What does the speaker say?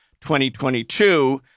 2022